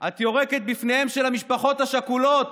את יורקת בפניהן של המשפחות השכולות?